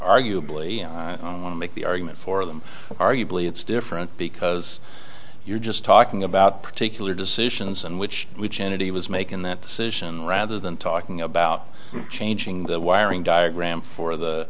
arguably make the argument for them arguably it's different because you're just talking about particular decisions in which which entity was making that decision rather than talking about changing the wiring diagram for the